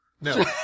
No